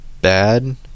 bad